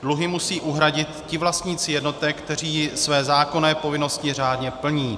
Dluhy musí uhradit ti vlastníci jednotek, kteří své zákonné povinnosti řádně plní.